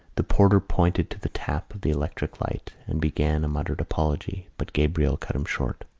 the porter pointed to the tap of the electric-light and began a muttered apology, but gabriel cut him short.